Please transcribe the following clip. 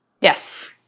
Yes